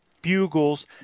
bugles